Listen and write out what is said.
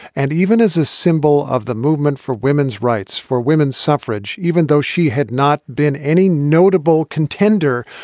and even as a symbol of the movement for women's rights, for women's suffrage, even though she had not been any notable contender,